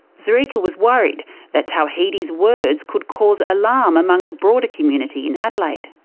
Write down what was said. zreika was worried that tawhidi's words could cause alarm among the broader community in adelaide.